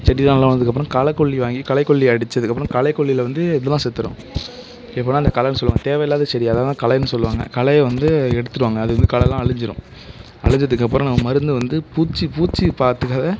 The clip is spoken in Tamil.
செடிலாம் நல்லா வளர்ந்ததுக்கப்பறம் களைக்கொல்லி வாங்கி களைக்கொல்லி அடித்ததுக்கப்பறம் களைக்கொல்லியில் வந்து இதெல்லாம் செத்துடும் எப்புடின்னா அந்த களைன்னு சொல்லுவாங்க தேவையில்லாத செடி அதைதான் களைன்னு சொல்லுவாங்க களையை வந்து எடுத்துடுவாங்க அது வந்து களைலாம் அழிஞ்சிடும் அழிஞ்சதுக்கப்புறம் நம்ம மருந்து வந்து பூச்சி பூச்சி பாத்துக்காக